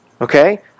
Okay